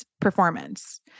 performance